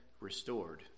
restored